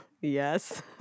Yes